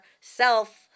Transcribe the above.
self